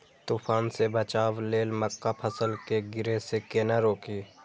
तुफान से बचाव लेल मक्का फसल के गिरे से केना रोकी?